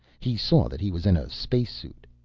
he saw that he was in a spacesuit.